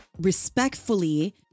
respectfully